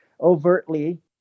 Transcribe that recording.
overtly